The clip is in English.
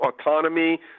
autonomy